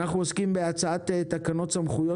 אנחנו עוסקים בהצעת תקנות סמכויות